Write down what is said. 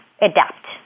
adapt